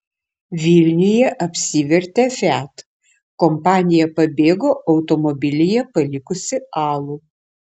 vilniuje apsivertė fiat kompanija pabėgo automobilyje palikusi alų